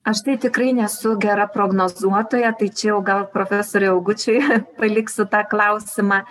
aš tai tikrai nesu gera prognozuotoja tai čia jau gal profesoriui augučiui paliksiu tą klausimą